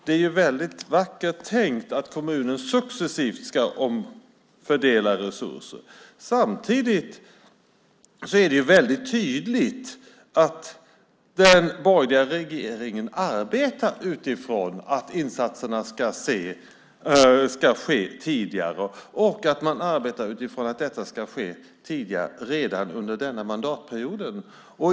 Det är väldigt vackert tänkt att kommuner successivt ska omfördela resurser. Samtidigt är det väldigt tydligt att den borgerliga regeringen arbetar utifrån att insatserna ska ske tidigare redan under denna mandatperiod.